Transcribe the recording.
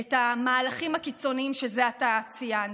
את המהלכים הקיצוניים שזה עתה ציינתי,